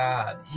God